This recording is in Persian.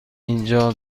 اینجا